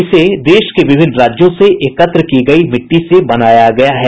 इसे देश के विभिन्न राज्यों से एकत्र की गई मिट्टी से बनाया गया है